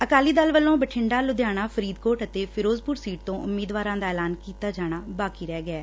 ਅਕਾਲੀ ਦਲ ਵੱਲੋਂ ਬਠਿੰਡਾ ਲੁੱਧਿਆਣਾ ਫਰੀਦਕੋਟ ਅਤੇ ਫਿਰੋਜ਼ਪੁਰ ਸੀਟ ਤੋਂ ਉਮੀਦਵਾਰਾਂ ਦਾ ਐਲਾਨ ਕੀਤਾ ਜਾਣਾ ਬਾਕੀ ਰਹਿ ਗਿਐ